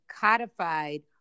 codified